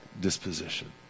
disposition